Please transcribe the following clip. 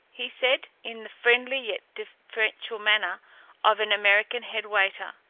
he said, in the friendly yet deferential manner of an american head-waiter.